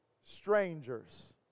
strangers